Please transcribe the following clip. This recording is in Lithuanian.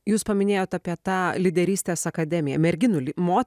jūs paminėjot apie tą lyderystės akademiją merginų ly mo